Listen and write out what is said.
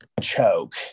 choke